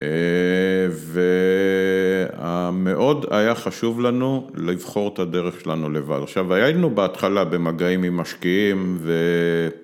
‫והמאוד היה חשוב לנו ‫לבחור את הדרך שלנו לבד. ‫עכשיו, היינו בהתחלה ‫במגעים עם משקיעים ו...